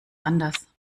anders